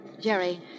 Jerry